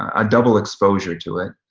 a double exposure, to it.